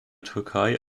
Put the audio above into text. türkei